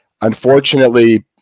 unfortunately